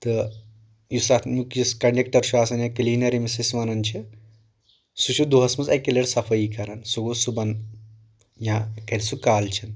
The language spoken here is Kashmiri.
تہٕ یُس اتھ نیُک کنڈیکٹر چھُ آسان کٔلینر ییٚمِس أسۍ ونان چھِ سُہ چھُ دۄہس منٛز اکی لٹہِ اتھ صفٲیی کران سُہ گوٚو صُبحن یا کرِ سُہ کالچٮ۪ن